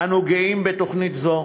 אנו גאים בתוכנית זו,